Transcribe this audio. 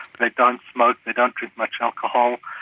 they don't smoke, they don't drink much alcohol,